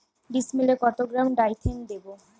ডিস্মেলে কত গ্রাম ডাইথেন দেবো?